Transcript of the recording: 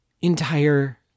entire